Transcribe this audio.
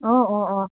অঁ অঁ অঁ